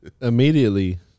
immediately